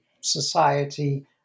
society